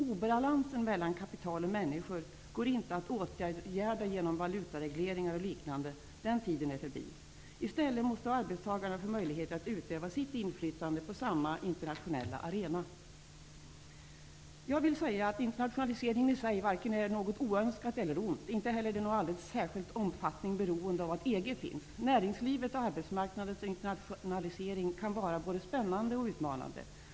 Obalansen mellan kapital och människor går inte att åtgärda genom valutaregleringar och liknande. Den tiden är förbi. I stället måste arbetstagarna få möjligheter att utöva sitt inflytande på samma internationella arena. Jag vill säga att internationaliseringen i sig varken är något oönskat eller ont. Inte heller är den i någon särskild omfattning beroende av att EG finns. Näringslivets och arbetsmarknadens internationalisering kan vara både spännande och utmanande.